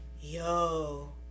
Yo